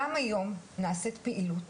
גם היום נעשית פעילות